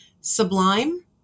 Sublime